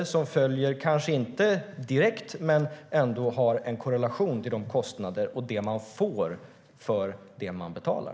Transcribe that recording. De kanske inte följer kostnaderna direkt men har ändå en korrelation till kostnaderna och det man får för det man betalar.